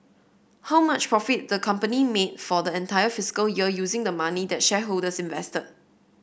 how much profit the company made for the entire fiscal year using the money that shareholders invested